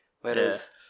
Whereas